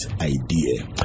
idea